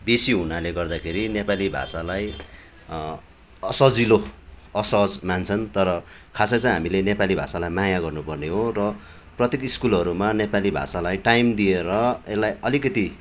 बेसी हुनाले गर्दाखेरि नेपाली भाषालाई असजिलो असहज मान्छन् तर खासै चाहिँ हामीले नेपाली भाषालाई माया गर्नु पर्ने हो र प्रत्येक स्कुलहरूमा नेपाली भाषालाई टाइम दिएर यसलाई अलिकति